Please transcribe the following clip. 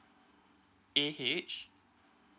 A H